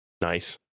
Nice